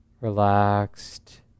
relaxed